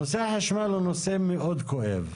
נושא החשמל הוא נושא מאוד כואב.